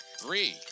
Three